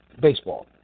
Baseball